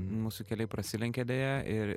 mūsų keliai prasilenkė deja ir